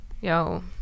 yo